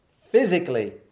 physically